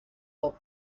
bob